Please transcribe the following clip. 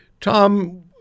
Tom